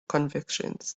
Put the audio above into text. convictions